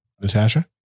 Natasha